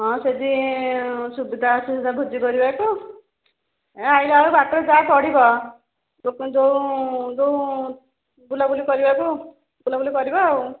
ହଁ ସେଇଠି ସୁବିଧା ଅସୁବିଧା ଭୋଜି କରିବାକୁ ଏ ଆସିଲା ବେଳକୁ ବାଟରେ ଯାହା ପଡ଼ିବ ଯେଉଁ ଯେଉଁ ବୁଲାବୁଲି କରିବାକୁ ବୁଲାବୁଲି କରିବା ଆଉ